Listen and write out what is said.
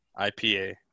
ipa